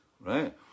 right